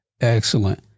Excellent